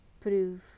proof